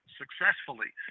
successfully